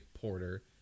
porter